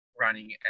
running